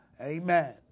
Amen